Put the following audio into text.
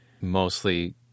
mostly